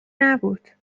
نبود